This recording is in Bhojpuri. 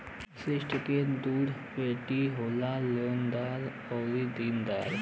ऋण क दूठे पार्टी होला लेनदार आउर देनदार